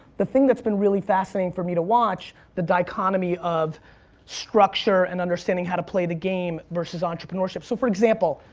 the thing that's been really fascinating for me to watch, the dichotomy of structure and understanding how to play the game versus entrepreneurship. so for example,